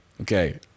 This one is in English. Okay